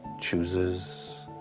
chooses